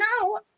no